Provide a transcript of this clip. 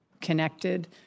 connected